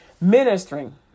ministering